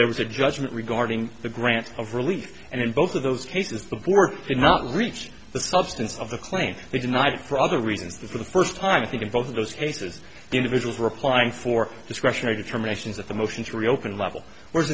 there was a judgment regarding the grant of relief and in both of those cases the board did not reach the substance of the claim they denied for other reasons the first time i think in both of those cases the individuals were applying for discretionary determinations of the motion to reopen level whereas